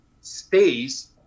space